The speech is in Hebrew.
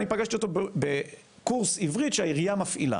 אני פגשתי אותו בקורס עברית שהעירייה מפעילה.